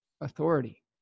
authority